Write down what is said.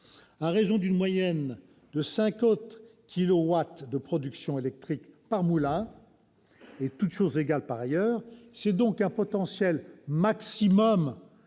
À raison d'une moyenne de 50 kilowatts de production électrique par moulin, et toutes choses égales par ailleurs, c'est donc un potentiel maximal